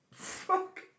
fuck